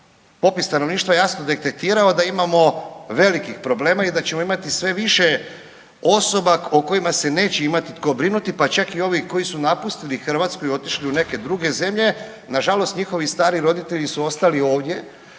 Popis stanovništva je jasno detektirao da imamo velikih problema i da ćemo imati sve više osoba o kojima se neće imati tko brinuti, pa čak i ovi koji su napustili Hrvatsku i otišli u neke druge zemlje. Na žalost njihovi stari roditelji su ostali ovdje